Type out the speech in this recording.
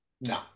no